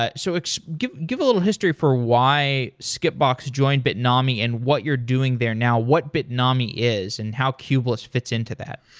ah so give give a little history for why skipbox joined bitnami and what you're doing there now. what bitnami is and how kubeless fits into that.